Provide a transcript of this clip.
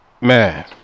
man